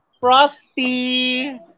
Frosty